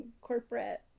corporate